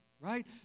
right